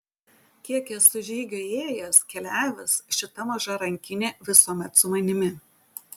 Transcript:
kiek esu žygių ėjęs keliavęs šita maža rankinė visuomet su manimi